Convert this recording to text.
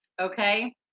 okay